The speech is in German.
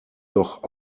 doch